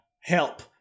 help